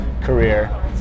career